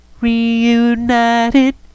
Reunited